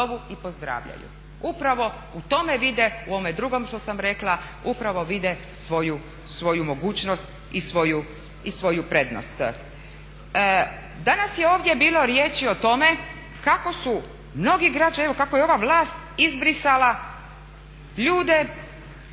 upravo u tome vidi, u ovome drugome što sam rekla upravo vide svoju mogućnost i svoju prednost. Danas je ovdje bilo riječi o tome kako su mnogi građani, evo kako je ova vlast izbrisala ljude